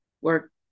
work